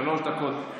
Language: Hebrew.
שלוש דקות.